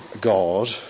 God